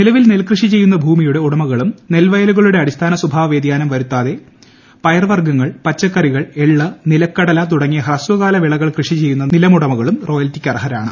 നിലവിൽ നെൽകൃഷി ചെയ്യുന്ന ഭൂമിയുടെ ഉടമകളും നെൽവയലുകളുടെ അടിസ്ഥാന സ്വഭാവ വൃതിയാനം വരുത്താതെ പയർ വർഗ്ഗങ്ങൾ പച്ചക്കറികൾ എള്ള് നിലക്കടല തുടങ്ങിയ ഹ്രസ്വകാല വിളകൾ കൃഷി ചെയ്യുന്ന നിലം ഉടമകളും റോയൽറ്റിക്ക് അർഹരാണ്